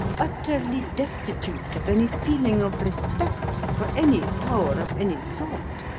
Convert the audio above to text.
utterly destitute of any feeling of respect for any power of any sort,